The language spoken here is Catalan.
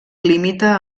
limita